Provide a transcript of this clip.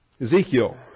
Ezekiel